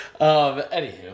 Anywho